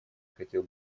хотел